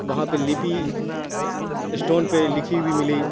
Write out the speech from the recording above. وہاں پہ لپی اسٹون پہ لکھی ہوئی ملی